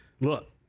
look